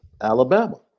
Alabama